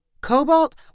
Cobalt